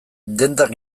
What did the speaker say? dendak